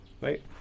right